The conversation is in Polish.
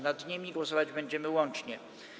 Nad nimi głosować będziemy łącznie.